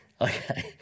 Okay